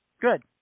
good